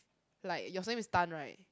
like your surname is Tan right